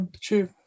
True